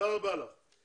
מהקנס עצמו.